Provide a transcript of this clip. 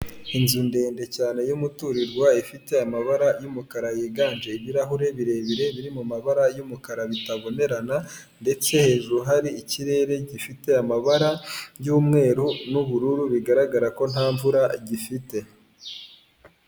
Inzu ndende cyane y'umuturirwa ifite amabara y'umukara yiganje ibirahure birebire biri mu mabara y'umukara bitabonerana ndetse hejuru hari ikirere gifite amabara y'umweru n'ubururu bigaragara ko nta mvura gifite.